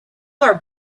our